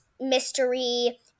mystery